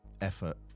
effort